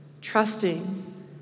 trusting